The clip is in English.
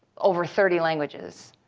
over thirty languages.